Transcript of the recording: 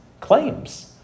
claims